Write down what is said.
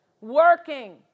working